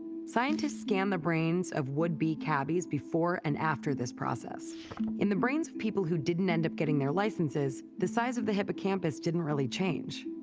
scientists scanned the brains of would-be cabbies before and after this process in the brains of people who didn't end up getting their licenses the size of the hippocampus didn't really change.